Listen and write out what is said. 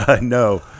No